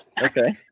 Okay